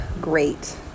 great